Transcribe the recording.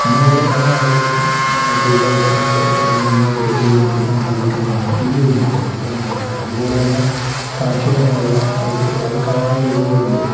അങ്ങനെയുള്ള പല ആളുകൾക്കും തൊഴിലവസരങ്ങൾ നന്നായിട്ടു പ്രയോജനപ്പെടുത്താൻ സാധിക്കുന്നതാണ് ഈ ഒരു മേഖല കുട്ടനാടു മേഖല അതുപോലെ തന്നെ കാർഷിക മേഖല അത് അതു കാണാൻ വരുന്നവരുണ്ട്